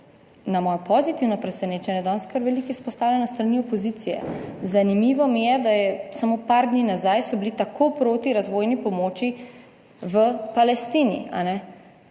na mojo pozitivno presenečenje danes kar veliko izpostavljeno s strani opozicije. Zanimivo mi je, da je, samo par dni nazaj so bili tako proti razvojni pomoči v Palestini.